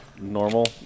normal